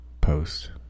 post